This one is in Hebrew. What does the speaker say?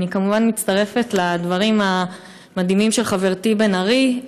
אני כמובן מצטרפת לדברים המדהימים של חברתי בן ארי,